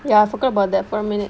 ya I forgot about that for a minute